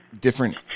different